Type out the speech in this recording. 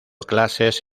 clases